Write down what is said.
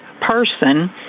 person